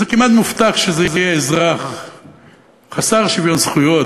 זה כמעט מובטח שזה יהיה אזרח חסר שוויון זכויות,